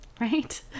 Right